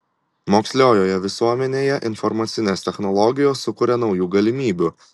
moksliojoje visuomenėje informacinės technologijos sukuria naujų galimybių